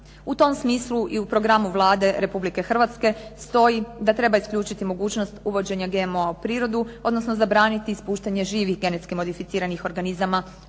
U tom smislu i u programu Vlade Republike Hrvatske stoji da treba isključiti mogućnost uvođenja GMO-a u prirodu, odnosno ispuštanje živih GMO organizama u